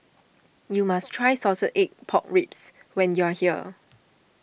you must try Salted Egg Pork Ribs when you are here